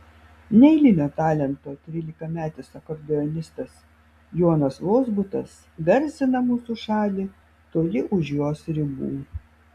neeilinio talento trylikametis akordeonistas jonas vozbutas garsina mūsų šalį toli už jos ribų